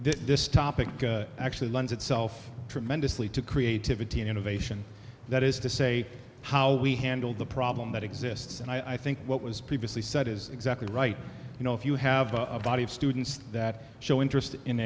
that this topic actually lends itself tremendously to creativity and innovation that is to say how we handled the problem that exists and i think what was previously said is exactly right you know if you have a body of students that show interest in